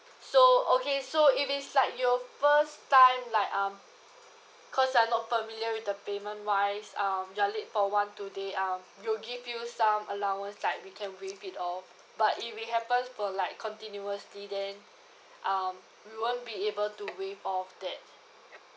so okay so if it's like your first time like um cause you're not familiar with the payment wise um you're late for one two day um we'll give you some allowance like we can waive it off but if it happens for like continuously then um we won't be able to waive off that